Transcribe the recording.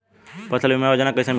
फसल बीमा योजना कैसे मिलेला?